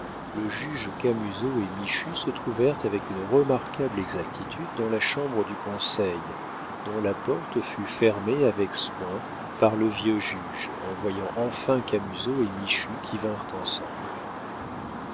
le juge camusot et michu se trouvèrent avec une remarquable exactitude dans la chambre du conseil dont la porte fut fermée avec soin par le vieux juge en voyant entrer camusot et michu qui vinrent ensemble